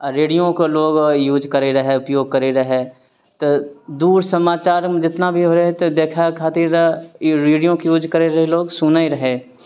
आ रेडियोके लोग यूज करै रहै उपयोग करै रहै तऽ दूर समाचारमे जेतनाभी होइ हइ तऽ देखाए खातिर लए ई रेडियोके यूज करै रहै लोग सुनै रहै